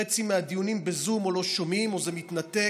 חצי מהדיונים בזום, או שלא שומעים או שזה מתנתק.